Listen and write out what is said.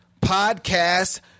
Podcast